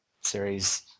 series